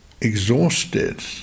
exhausted